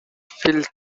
filth